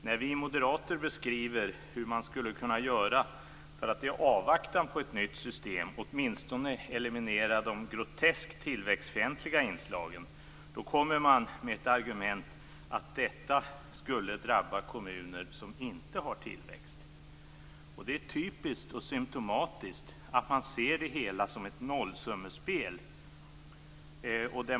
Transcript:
När vi moderater beskriver hur man skulle kunna göra för att i avvaktan på ett nytt system åtminstone eliminera de groteskt tillväxtfientliga inslagen, kommer man med argumentet att detta skulle drabba kommuner som inte har tillväxt. Det är typiskt och symtomatiskt att man ser det hela som ett nollsummespel.